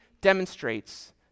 demonstrates